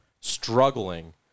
struggling